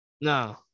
No